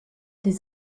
des